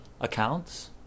accounts